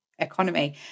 economy